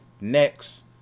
Next